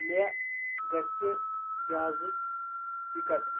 مےٚ گژھِ جہازٕچ ٹِکَٹ